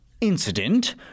incident